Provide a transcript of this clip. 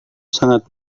sangat